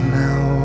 now